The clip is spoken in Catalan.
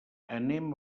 anem